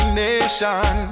nation